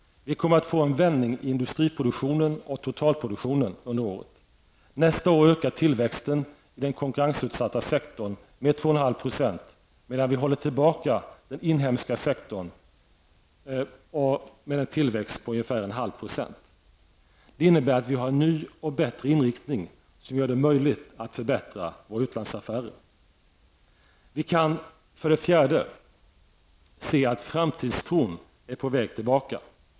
Vi kommer att få en vändning i industriproduktion och totalproduktion under året. Nästa år ökar tillväxten i den konkurrensutsatta sektorn med 2,5 procent, medan vi håller tillbaka den inhemska sektorn på en tillväxt på en halv procent. Det innebär att vi har en ny och bättre inriktning som gör det möjligt att förbättra våra utlandsaffärer. Vi kan, för det fjärde, se att framtidstron är på väg tillbaka.